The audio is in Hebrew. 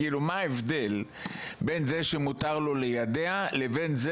כאילו מה ההבדל בין זה שמותר לו ליידע לבין,